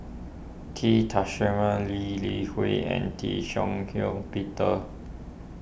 T Lee Li Hui and Tee Shih Shiong Peter